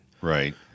Right